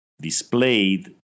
displayed